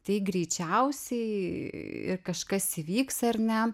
tai greičiausiai ir kažkas įvyks ar ne